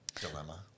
dilemma